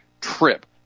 trip